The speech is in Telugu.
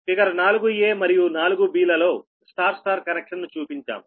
ఫిగర్ 4 మరియు 4 ల లో Y Y కనెక్షన్ ను చూపించాము